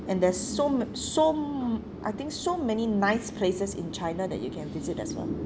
and there's so m~ so m~ I think so many nice places in china that you can visit as well